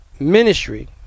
Ministry